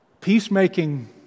Peacemaking